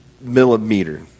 millimeter